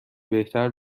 بهتر